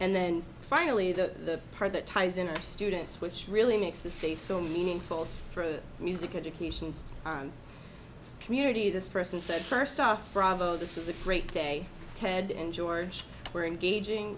and then finally the part that ties into our students which really makes this a so meaningful for music education and community this person said first off bravo this is a great day ted and george were engaging